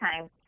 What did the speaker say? time